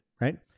right